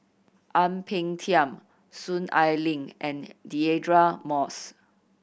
Ang Peng Tiam Soon Ai Ling and Deirdre Moss